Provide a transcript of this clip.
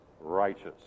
righteous